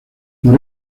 por